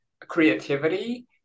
creativity